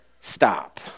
stop